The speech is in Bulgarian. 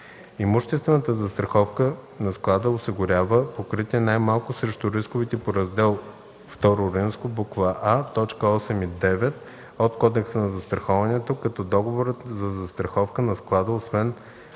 Имуществената застраховка на склада осигурява покритие най-малко срещу рисковете по Раздел II, буква А, т. 8 и 9 от Кодекса за застраховането, като договорът за застраховка на склада освен